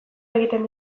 egiten